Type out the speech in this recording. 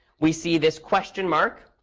we see this question mark.